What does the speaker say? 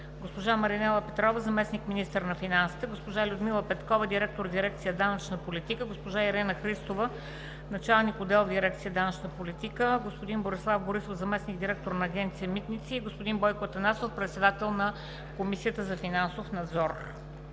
госпожа Маринела Петрова – заместник-министър на финансите, госпожа Людмила Петкова – директор на дирекция „Данъчна политика“, госпожа Ирена Христова – началник на отдел дирекция „Данъчна политика“, господин Борислав Борисов – заместник-директор на Агенция „Митници“, и господин Бойко Атанасов – председател на Комисията за финансов надзор.